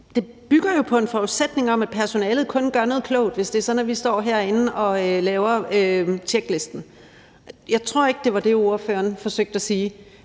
Det bygger jo på en forudsætning om, at personalet kun gør noget klogt, hvis det er sådan, at vi står herinde og laver tjeklisten. Jeg tror ikke, det var det, ordføreren forsøgte at sige,